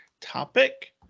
topic